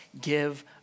give